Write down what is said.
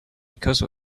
because